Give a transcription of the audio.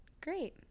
great